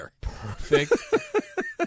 perfect